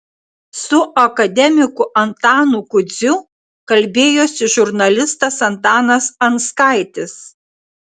su akademiku antanu kudziu kalbėjosi žurnalistas antanas anskaitis